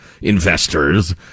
investors